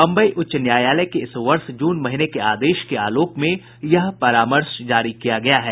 बम्बई उच्च न्यायालय के इस वर्ष जून महीने के आदेश के आलोक में यह परामर्श जारी किया गया है